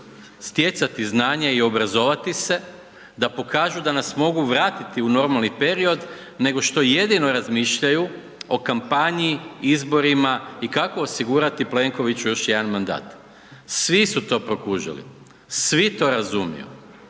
stjecati znanje i obrazovati se. Da pokažu da nas mogu vratiti u normalni period nego što jedino razmišljaju o kampanji, izborima i kako osigurati Plenkoviću još jedan mandat. Svi su to prokužili, svi to razumiju.